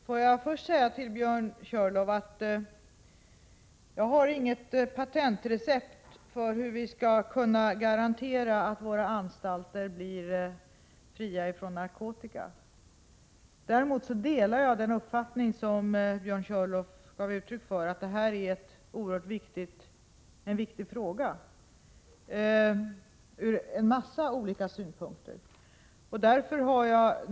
Fru talman! Björn Körlof, jag har inget patentrecept på hur vi skall kunna garantera att våra anstalter blir fria från narkotika. Däremot delar jag den uppfattning som Björn Körlof gav uttryck för, nämligen att detta är en från många synpunkter oerhört viktig fråga.